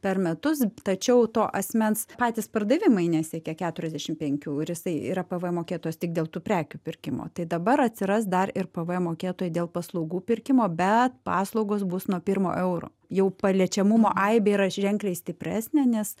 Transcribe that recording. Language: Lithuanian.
per metus tačiau to asmens patys pardavimai nesiekia keturiasdešim penkių ir jisai yra pvm mokėtojas tik dėl tų prekių pirkimo tai dabar atsiras dar ir pvm mokėtojai dėl paslaugų pirkimo be paslaugos bus nuo pirmo euro jau paliečiamumo aibė yra ženkliai stipresnė nes